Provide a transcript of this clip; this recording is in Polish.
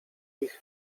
ich